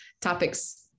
topics